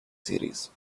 series